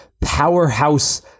powerhouse